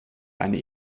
eine